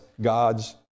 God's